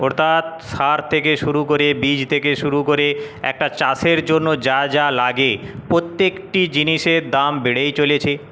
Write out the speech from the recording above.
অর্থাৎ সার থেকে শুরু করে বীজ থেকে শুরু করে একটা চাষের জন্য যা যা লাগে প্রত্যেকটি জিনিসের দাম বেড়েই চলেছে